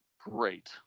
great